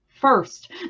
first